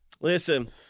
listen